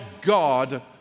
God